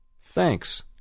Thanks